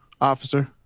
Officer